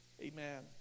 Amen